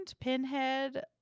Pinhead